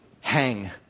hang